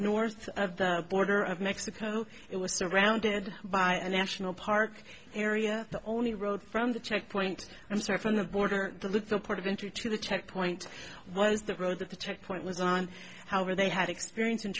north of the border of mexico it was surrounded by a national park area the only road from the checkpoint i'm sorry from the border to look the port of entry to the checkpoint was the road that the checkpoint was on however they had experience in